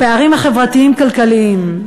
הפערים החברתיים-כלכליים,